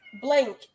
Blank